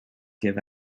give